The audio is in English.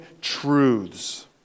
truths